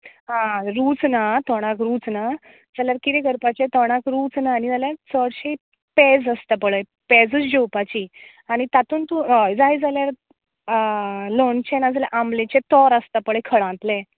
हां रूच ना तोंडाक रूच ना जाल्यार कितें करपाचें तोंडाक रूच ना जाल्यार फोरशिप पेज आसता पळय पेजूच जेवपाची आनी तातून तूं होय जाय जाल्यार लोणचें लावन ना जाल्यार आमलेचें तोर आसता पळय खळांतलें